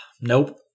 Nope